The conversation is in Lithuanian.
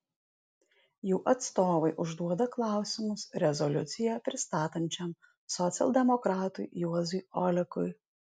jų atstovai užduoda klausimus rezoliuciją pristatančiam socialdemokratui juozui olekui